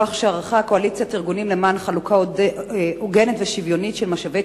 דוח שערכה קואליציית ארגונים למען חלוקה הוגנת ושוויונית של משאבי